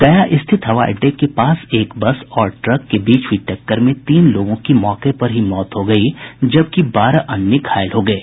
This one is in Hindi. गया स्थित हवाई अड्डे के पास एक बस और ट्रक के बीच हुई टक्कर में तीन लोगों की मौके पर ही मौत हो गयी जबकि बारह लोग घायल हो गये